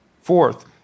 Fourth